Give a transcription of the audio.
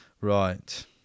right